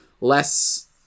less